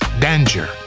Danger